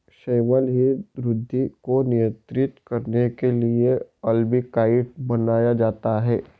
शैवाल की वृद्धि को नियंत्रित करने के लिए अल्बिकाइड बनाया जाता है